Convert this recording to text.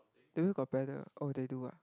maybe got paddle [one] they do ah